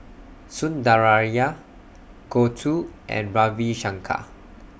Sundaraiah Gouthu and Ravi Shankar